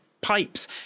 pipes